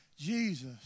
Jesus